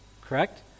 correct